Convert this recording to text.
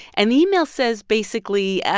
and the email says basically,